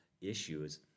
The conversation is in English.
issues